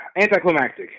anticlimactic